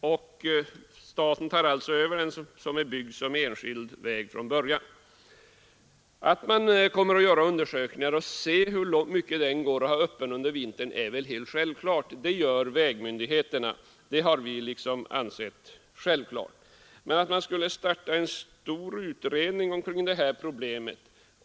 Staten tar alltså över ansvaret för denna från början som enskild byggda väg. Att undersökningar skall göras i vilken omfattning den går att hålla öppen under vintern är väl helt självklart. Det gör vägmyndigheterna. Men centern vill starta en stor utredning omkring detta problem.